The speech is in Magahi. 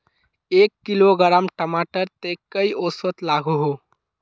एक किलोग्राम टमाटर त कई औसत लागोहो?